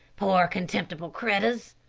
poor contemptible critters.